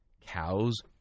cows